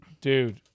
Dude